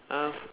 um